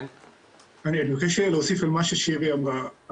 אני מבקש להוסיף על מה ששירי אמרה,